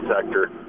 sector